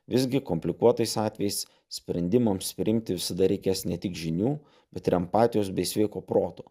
visgi komplikuotais atvejais sprendimams priimti visada reikės ne tik žinių bet ir empatijos bei sveiko proto